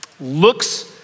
looks